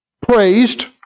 praised